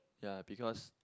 ya because